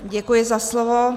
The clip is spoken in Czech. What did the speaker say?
Děkuji za slovo.